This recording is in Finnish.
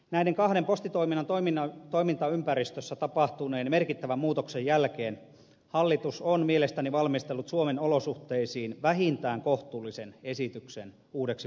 näiden postitoiminnan toimintaympäristössä tapahtuneen kahden merkittävän muutoksen jälkeen hallitus on mielestäni valmistellut suomen olosuhteisiin vähintään kohtuullisen esityksen uudeksi postilaiksi